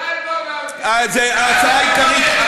המטרה העיקרית,